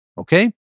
Okay